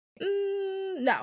no